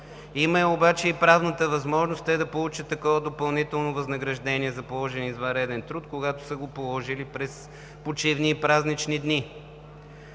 Има я обаче и правната възможност да получат такова допълнително възнаграждение за положен извънреден труд, когато са го положили през почивни и празнични дни.